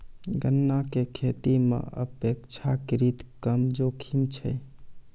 गन्ना के खेती मॅ अपेक्षाकृत कम जोखिम छै